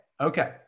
Okay